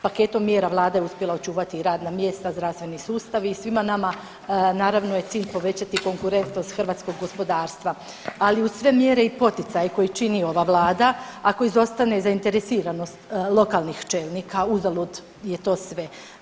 Paketom mjera vlada je uspjela očuvati i radna mjesta i zdravstveni sustav i svima nama naravno je cilj povećati konkurentnost hrvatskog gospodarstva, ali uz sve mjere i poticaje koji čini ova vlada ako izostane zainteresiranost lokalnih čelnika uzalud je to sve.